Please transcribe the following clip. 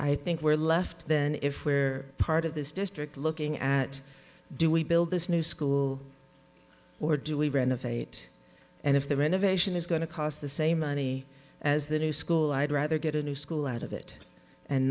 i think we're left then if we're part of this district looking at do we build this new school or do we renovate and if the renovation is going to cost the same money as the new school i'd rather get a new school out of it and